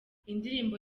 indirimbo